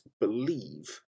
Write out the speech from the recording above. believe